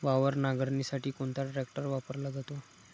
वावर नांगरणीसाठी कोणता ट्रॅक्टर वापरला जातो?